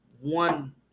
one